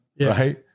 right